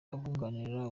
abunganira